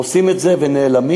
עושים את זה ונעלמים.